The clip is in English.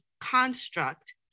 construct